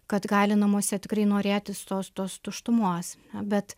kad gali namuose tikrai norėtis tos tos tuštumos bet